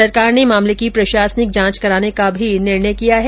सरकार ने मामले की प्रशासनिक जांच कराने का भी निर्णय किया है